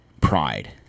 pride